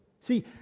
See